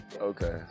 Okay